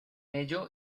ello